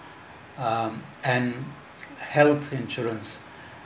um and health insurance